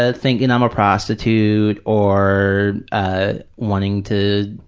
ah thinking i'm a prostitute or ah wanting to